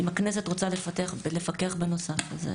אם הכנסת רוצה לפקח בנוסף אז זה